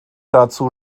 dazu